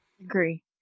Agree